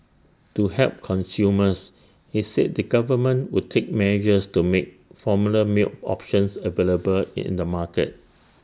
to help consumers he said the government would take measures to make formula milk options available in the market